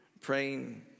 praying